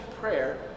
prayer